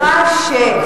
ברושי לא חותם על שום דבר.